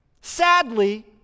Sadly